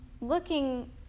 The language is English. looking